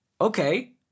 Okay